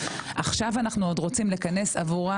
ועכשיו אנחנו עוד רוצים לכנס עבורה